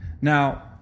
Now